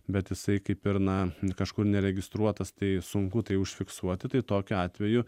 bet jisai kaip ir na kažkur neregistruotas tai sunku tai užfiksuoti tai tokiu atveju